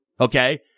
Okay